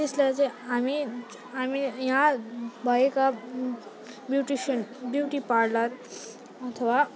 त्यसलाई चाहिँ हामी हामी यहीँ भएका ब्युटिसियन ब्युटी पार्लर अथवा